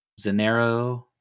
Zanero